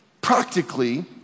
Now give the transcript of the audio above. practically